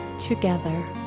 together